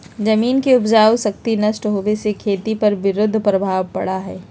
जमीन के उपजाऊ शक्ति नष्ट होवे से खेती पर विरुद्ध प्रभाव पड़ा हई